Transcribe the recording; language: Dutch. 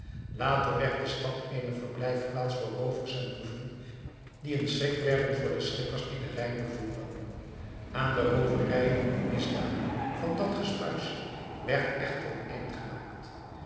later werd de stad eene verblijfplaats voor roovers en boeven die een schrik werden voor de schippers die den rijn bevoeren aan de rooverijen en misdaden van dat gespuis werd echter een einde gemaakt